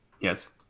Yes